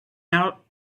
out